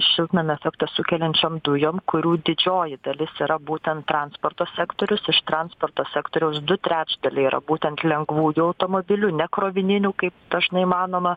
šiltnamio efektą sukeliančiom dujom kurių didžioji dalis yra būtent transporto sektorius iš transporto sektoriaus du trečdaliai yra būtent lengvųjų automobilių ne krovininių kaip dažnai manoma